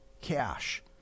cash